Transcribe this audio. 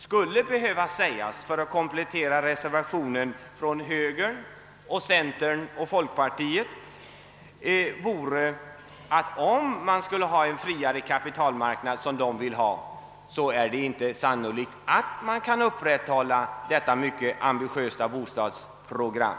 Skulle man komplettera reservationen från högern, centern och folkpartiet skulle jag vilja säga, att om vi vill ha en friare kapitalmarknad, något som dessa partier önskar, är det inte sannolikt att vi kan upprätthålla vårt mycket ambitiösa bostadsprogram.